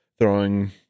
throwing